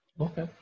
okay